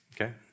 Okay